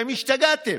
אתם השתגעתם.